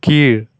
கீழ்